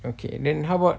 okay then how about